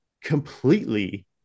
completely